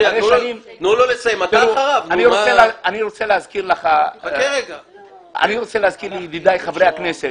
אני רוצה להזכיר לידידיי חברי הכנסת